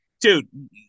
dude